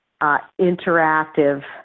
interactive